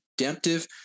redemptive